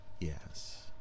Yes